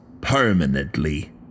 permanently